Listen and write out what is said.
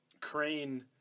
crane